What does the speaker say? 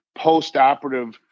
postoperative